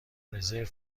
رزرو